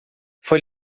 foi